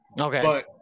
Okay